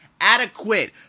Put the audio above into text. adequate